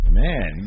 man